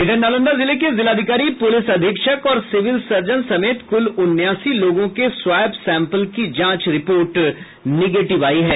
इधर नालंदा जिले के जिलाधिकारी पुलिस अधीक्षक और सिविल सर्जन समेत कुल उनासी लोगों के स्वाब सैंपल की जांच रिपोर्ट निगेटिव आई है